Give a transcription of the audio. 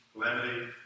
calamity